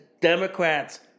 Democrats